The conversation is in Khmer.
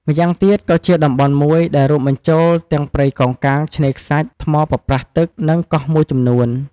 ម្យ៉ាងទៀតក៏ជាតំបន់មួយដែលរួមបញ្ចូលទាំងព្រៃកោងកាង ឆ្នេរខ្សាច់ ថ្មប៉ប្រះទឹក និងកោះមួយចំនួន។